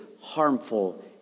harmful